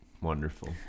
Wonderful